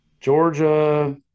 Georgia